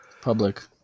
Public